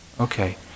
Okay